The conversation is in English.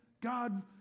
God